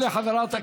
תודה רבה.